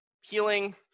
healing